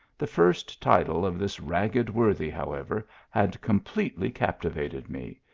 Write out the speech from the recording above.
the first title of this ragged worthy, however, had completely captivated me,